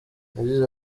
yagize